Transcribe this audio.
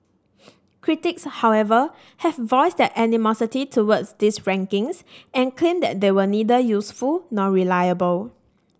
critics however have voiced their animosity toward these rankings and claim that they were neither useful nor reliable